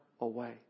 away